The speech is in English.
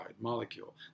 molecule